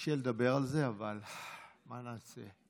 קשה לדבר על זה אבל מה נעשה?